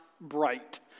bright